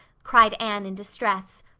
cried anne in distress.